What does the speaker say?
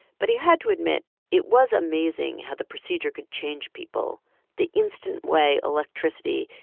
but he had to admit it was amazing how the procedure could change people, the instant way electricity,